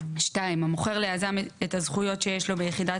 (2)המוכר ליזם את הזכויות שיש לו ביחידת